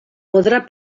podrà